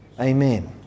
Amen